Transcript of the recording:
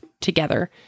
together